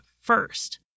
first